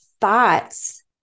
thoughts